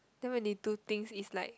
then when they do things is like